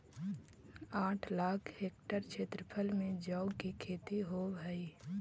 आठ लाख हेक्टेयर क्षेत्रफल में जौ की खेती होव हई